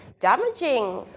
damaging